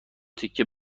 تکه